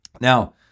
Now